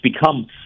become